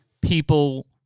people